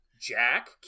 Jack